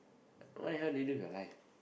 what the hell do you do with your life